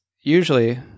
usually